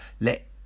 let